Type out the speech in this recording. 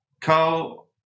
Carl